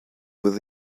with